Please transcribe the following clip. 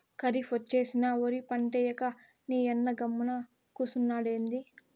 కరీఫ్ ఒచ్చేసినా ఒరి పంటేయ్యక నీయన్న గమ్మున కూసున్నాడెంది